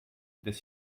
des